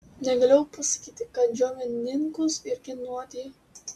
negalėjau pasakyti kad džiovininkus irgi nuodija